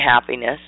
happiness